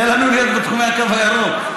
תן לנו להיות בתחומי הקו הירוק.